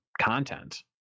content